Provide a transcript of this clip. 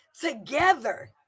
together